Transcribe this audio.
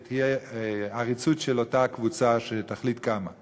ככל שביכולתם כדי לעמוד בלוחות הזמנים